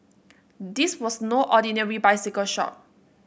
this was no ordinary bicycle shop